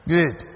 Good